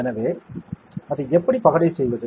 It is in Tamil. எனவே அதை எப்படி பகடை செய்வது